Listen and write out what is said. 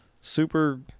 super